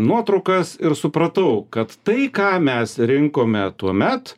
nuotraukas ir supratau kad tai ką mes rinkome tuomet